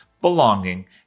belonging